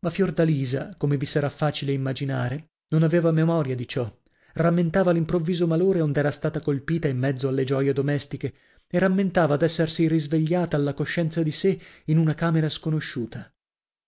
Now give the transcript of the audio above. ma fiordalisa come vi sarà facile immaginare non aveva memoria di ciò rammentava l'improvviso malore ond'era stata colpita in mezzo alle gioie domestiche e rammentava d'essersi risvegliata alla coscienza di sè in una camera sconosciuta